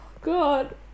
God